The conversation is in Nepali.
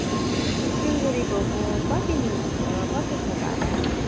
ए सिलगढी गएको कति लिनुहुन्छ कति छ भाडा